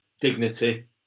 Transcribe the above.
dignity